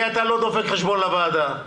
כי אתה לא דופק חשבון לוועדה,